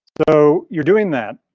so, you're doing that?